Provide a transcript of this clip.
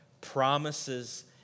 promises